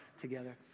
together